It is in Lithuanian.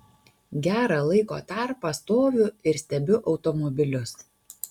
gerą laiko tarpą stoviu ir stebiu automobilius